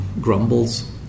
grumbles